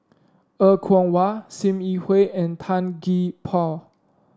Er Kwong Wah Sim Yi Hui and Tan Gee Paw